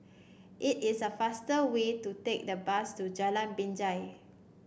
it is a faster way to take the bus to Jalan Binjai